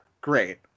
great